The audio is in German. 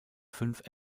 fünf